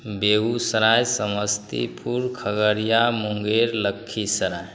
Begusarai Samastipur Khagaria Munger Lakhisarai